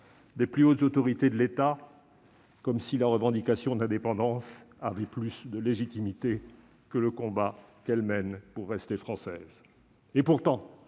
des plus hautes autorités de l'État, comme si la revendication d'indépendance avait plus de légitimité que le combat qu'elle mène pour rester française. Pourtant,